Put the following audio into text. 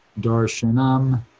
darshanam